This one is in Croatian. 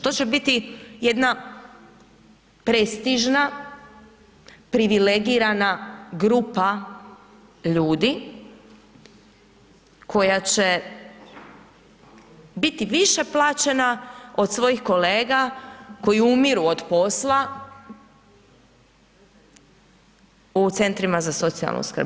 To će biti jedna prestižna, privilegirana grupa ljudi koja će biti više plaćena od svojih kolega koji umiru od posla u centrima za socijalnu skrb.